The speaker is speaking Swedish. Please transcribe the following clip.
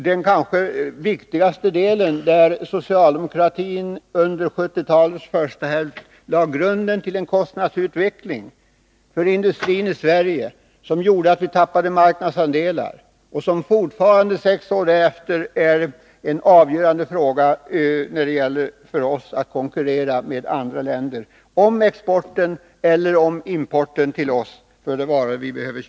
Den kanske viktigaste faktorn var att socialdemokratin under 1970-talets första hälft lade grunden till en kostnadsutveckling för industrin i Sverige som gjorde att vi förlorade marknadsandelar. Den är fortfarande, sex år efteråt, en avgörande fråga för oss i konkurrensen med andra länder, både när det gäller exporten och när det gäller importen.